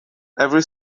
every